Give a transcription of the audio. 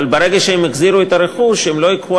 אבל ברגע שהם החזירו את הרכוש הם לא ייקחו